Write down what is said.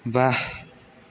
बा